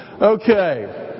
Okay